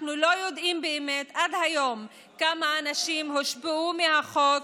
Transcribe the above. אנחנו לא יודעים באמת עד היום כמה אנשים הושפעו מהחוק,